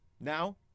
Now